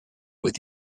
with